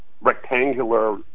rectangular